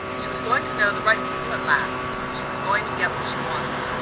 she was going to know the right people at last she was going to get what she wanted!